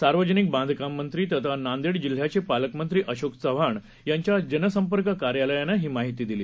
सार्वजनिकबांधकाममंत्रीतथानांदेडजिल्ह्याचेपालकमंत्रीअशोकचव्हाणयांच्याजनसंपर्ककार्यालयानंहीमाहितीदिली